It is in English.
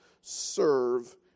serve